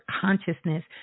consciousness